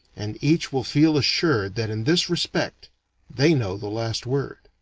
and each will feel assured that in this respect they know the last word.